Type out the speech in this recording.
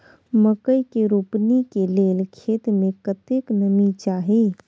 मकई के रोपनी के लेल खेत मे कतेक नमी चाही?